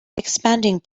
expanding